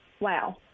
Wow